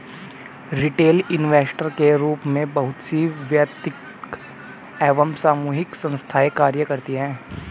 retail investor के रूप में बहुत सी वैयक्तिक एवं सामूहिक संस्थाएं कार्य करती हैं